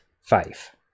five